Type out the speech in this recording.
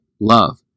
love